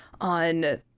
on